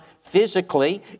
physically